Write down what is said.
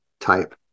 type